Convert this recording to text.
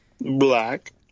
Black